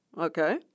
Okay